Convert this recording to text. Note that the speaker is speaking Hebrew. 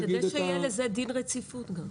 כדי שיהיה לזה דין רציפות גם.